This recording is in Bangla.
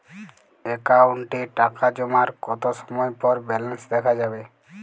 অ্যাকাউন্টে টাকা জমার কতো সময় পর ব্যালেন্স দেখা যাবে?